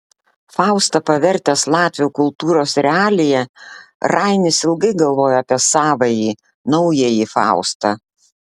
faustą pavertęs latvių kultūros realija rainis ilgai galvojo apie savąjį naująjį faustą